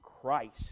Christ